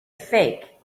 fake